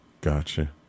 Gotcha